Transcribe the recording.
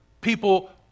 people